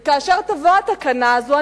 וכאשר תבוא התקנה הזאת,